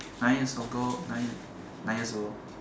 nine years ago nine years nine years old